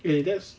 eh that's